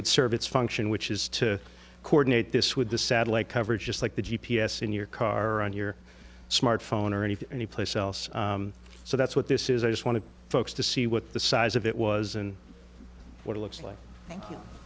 would serve its function which is to coordinate this with the satellite coverage just like the g p s in your car on your smartphone or anything any place else so that's what this is i just want to focus to see what the size of it was and what it looks